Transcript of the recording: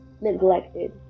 neglected